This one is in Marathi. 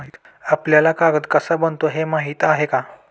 आपल्याला कागद कसा बनतो हे माहीत आहे का?